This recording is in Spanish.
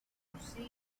ciclo